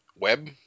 web